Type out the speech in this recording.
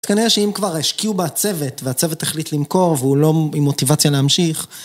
כנראה שאם כבר השקיעו בצוות והצוות החליט למכור והוא לא עם מוטיבציה להמשיך